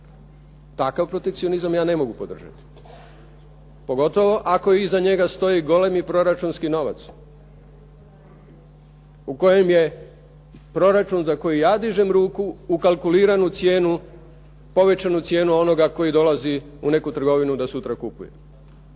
Takav protekcionizam ja ne mogu podržati. Pogotovo ako iza njega stoje golemi proračunski novac. U kojem je za proračun za koji ja dižem ruku, ukalkuliran u cijenu povećanu cijenu onoga koji dolazi u neku trgovinu da sutra kupuje.